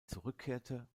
zurückkehrte